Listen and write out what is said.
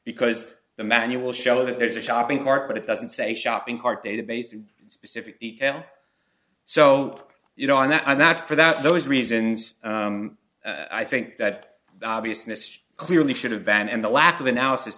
because the manual show that there's a shopping cart but it doesn't say shopping cart database in specific detail so you know on that and that's for that those reasons i think that the obviousness clearly should've van and the lack of analysis